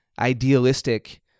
idealistic